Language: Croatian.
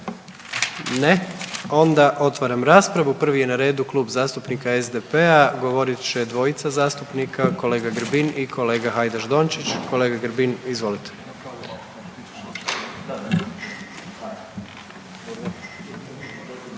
Ne. Onda otvaram raspravu. Prvi je na redu Kluba zastupnika SDP-a, govorit će dvojica zastupnika, kolega Grbin i kolega Hajdaš Dončić, kolega Grbin, izvolite.